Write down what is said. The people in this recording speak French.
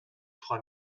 trois